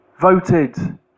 voted